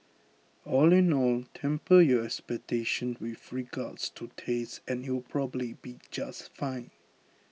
all in all temper your expectations with regards to taste and it'll probably be just fine